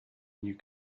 new